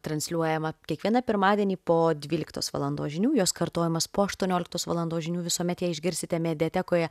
transliuojama kiekvieną pirmadienį po dvyliktos valandos žinių jos kartojamas po aštuonioliktos valandos žinių visuomet ją išgirsite mediatekoje